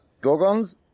Gorgons